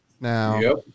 Now